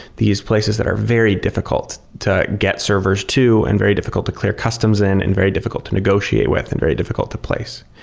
these places that are very difficult to get servers to and very difficult to clear customs in and very difficult to negotiate with and very difficult to place.